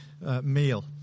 meal